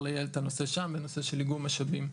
לייעל את הנושא שם בנושא של איגום משאבים.